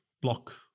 block